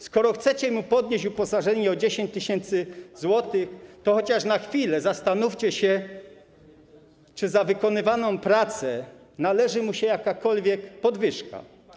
Skoro chcecie mu podnieść uposażenie o 10 tys. zł, to chociaż na chwilę zastanówcie się, czy za wykonywaną pracę należy mu się jakakolwiek podwyżka.